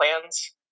plans